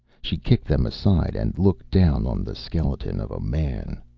she kicked them aside and looked down on the skeleton of a man.